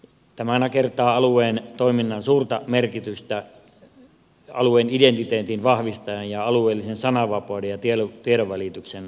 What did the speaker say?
tämä nakertaa alueellisen toiminnan suurta merkitystä alueen identiteetin vahvistajana ja alueellisen sananvapauden ja tiedonvälityksen takaajana